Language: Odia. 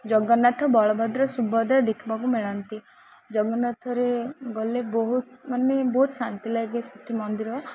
ଜଗନ୍ନାଥ ବଳଭଦ୍ର ସୁଭଦ୍ରା ଦେଖିବାକୁ ମିଳନ୍ତି ଜଗନ୍ନାଥରେ ଗଲେ ବହୁତ ମାନେ ବହୁତ ଶାନ୍ତି ଲାଗେ ସେଠି ମନ୍ଦିର